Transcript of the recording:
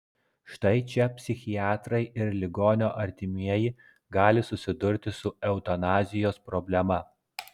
štai čia psichiatrai ir ligonio artimieji gali susidurti su eutanazijos problema